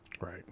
Right